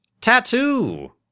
tattoo